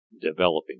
developing